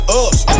ups